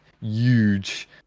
huge